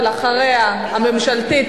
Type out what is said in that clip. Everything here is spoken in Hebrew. ולאחריה הממשלתית,